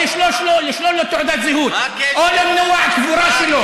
או לשלול לו תעודת זהות, או למנוע את הקבורה שלו.